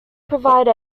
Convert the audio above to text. provide